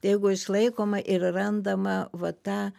jeigu išlaikoma ir randama va ta